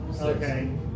Okay